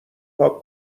پاک